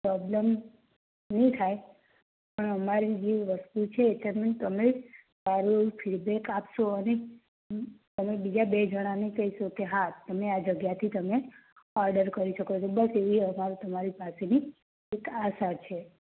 problem ની થાય પણ આમરી જે વસ્તુ છે તેને તમે સારું એવું ફિડબેક આપશો અને તમે બીજા બે જણાંને કહેશો કે હાં તમે આ જગ્યાથી તમે ઓર્ડર કરી શકો છો એવી અમારી તમારી પાસેથી એક આશા છે